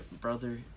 brother